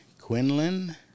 Quinlan